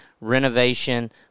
renovation